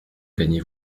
gagnez